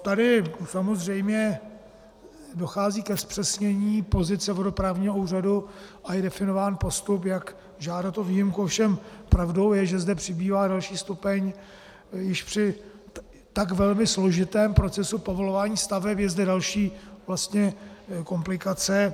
Tady samozřejmě dochází ke zpřesnění pozice vodoprávního úřadu a je definován postup, jak žádat o výjimku, ovšem pravdou je, že zde přibývá další stupeň při už tak velmi složitém procesu povolování staveb, je zde vlastně další komplikace.